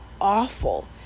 awful